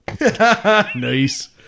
Nice